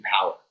power